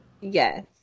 Yes